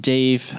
Dave